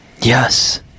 Yes